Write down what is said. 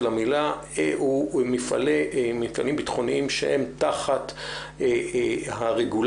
המילה הוא מפעלים ביטחוניים שהם תחת הרגולציה.